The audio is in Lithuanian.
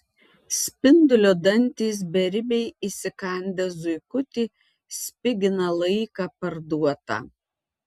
spindulio dantys beribiai įsikandę zuikutį spigina laiką parduotą